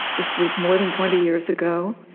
this was more than twenty years ago.